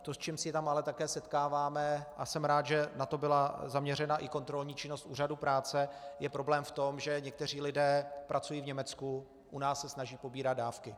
To, s čím se tam ale také setkáváme a jsem rád, že na to byla zaměřena i kontrolní činnost úřadu práce , je problém, že někteří lidé pracují v Německu a u nás se snaží pobírat dávky.